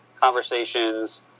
conversations